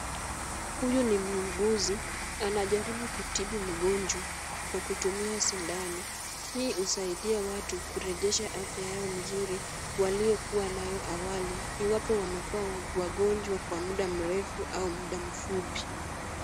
Huyu ni muuguzi. Anajaribu kutibu mgonjwa kwa kutumia sindano. Hii husaidia watu kurejesha afya yao mzuri waliokuwa nayo awali iwapo wamekuwa wagonjwa kwa muda mrefu au muda mfupi.